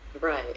Right